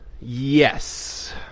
Yes